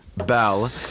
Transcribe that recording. Bell